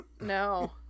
No